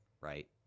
right